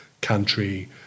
country